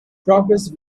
progress